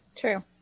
true